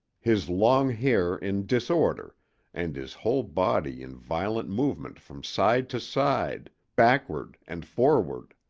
his long hair in disorder and his whole body in violent movement from side to side, backward and forward.